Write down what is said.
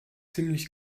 ziemlich